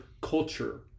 culture